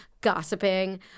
gossiping